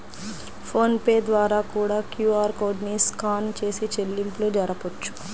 phone pay ద్వారా కూడా QR code ని స్కాన్ చేసి చెల్లింపులు జరపొచ్చు